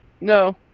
No